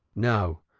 no,